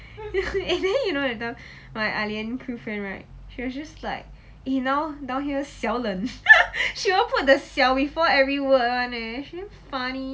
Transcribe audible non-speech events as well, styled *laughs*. *laughs* and then you know that time my ah lian cool friend she was just like eh now down here 小冷 *laughs* she will put the 小 before every word [one] leh she damn funny